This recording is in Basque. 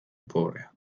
pobrea